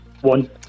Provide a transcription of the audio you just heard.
One